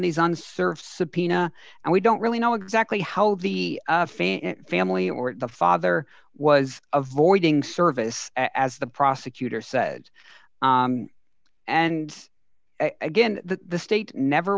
these unserved subpoena and we don't really know exactly how the fan family or the father was avoiding service as the prosecutor said and again the state never